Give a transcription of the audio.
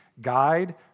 guide